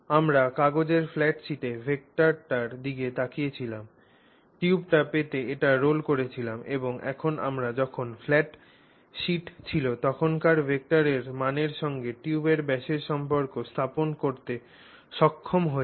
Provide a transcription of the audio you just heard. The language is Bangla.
আমরা কাগজের ফ্ল্যাট শীটে ভেক্টরটির দিকে তাকিয়ে ছিলাম টিউবটি পেতে এটি রোল করেছিলাম এবং এখন আমরা যখন এটি ফ্ল্যাট শীট ছিল তখনকার ভেক্টরের মানের সঙ্গে টিউবের ব্যাসের সম্পর্ক স্থাপন করতে সক্ষম হয়েছি